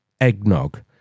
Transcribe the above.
eggnog